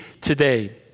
today